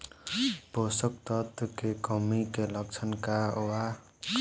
पोषक तत्व के कमी के लक्षण का वा?